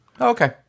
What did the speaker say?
Okay